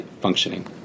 functioning